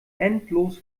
endlos